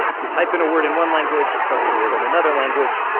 you type in a word in one language, tells you the word in another language.